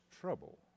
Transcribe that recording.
trouble